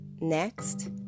Next